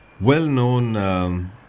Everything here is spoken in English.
well-known